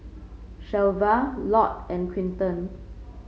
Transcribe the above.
Shelva Lott and Quinton